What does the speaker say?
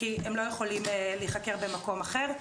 כי הם לא יכולים להיחקר במקום אחר.